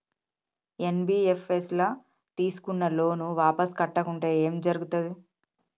NBFS ల తీస్కున్న loan వాపస్ కట్టకుంటే ఏం జర్గుతది?